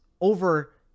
over